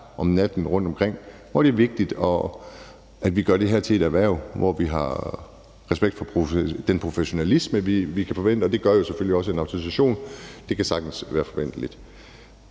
om natten rundtomkring, og det er vigtigt, at vi gør det her til et erhverv, hvor vi har respekt for den professionalisme, vi kan forvente, og det gør jo selvfølgelig også, at en autorisation sagtens kan være forventeligt.